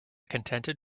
contented